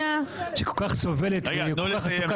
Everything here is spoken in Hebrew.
שהיא כל כך סובלת והיא כל כך עסוקה,